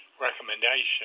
recommendation